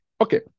Okay